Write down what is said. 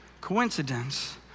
Coincidence